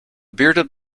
bearded